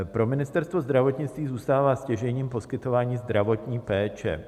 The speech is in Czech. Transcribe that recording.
Pro Ministerstvo zdravotnictví zůstává stěžejním poskytování zdravotní péče.